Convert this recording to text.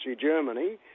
Germany